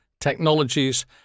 technologies